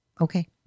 okay